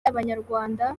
abanyarwanda